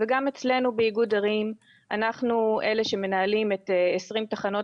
גם אצלנו באיגוד ערים אנחנו אלה שמנהלים את 20 תחנות